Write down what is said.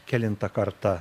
kelinta karta